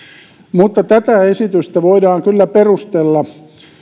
mutta tätä esitystä voidaan kyllä perustella